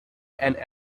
and